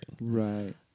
right